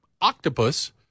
octopus